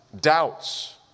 Doubts